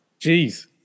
Jeez